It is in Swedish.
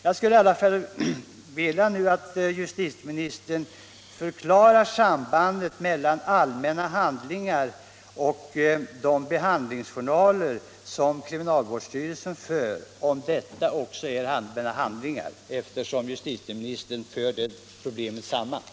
Jag vore tacksam om jJustitieministern ville förklara sambandet mellan allmänna handlingar och de behandlingsjournaler som kriminalvårdsstyrelsen för. Är journalerna allmänna handlingar, eftersom justitieministern förde samman de här båda begreppen?